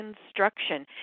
Construction